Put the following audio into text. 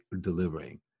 delivering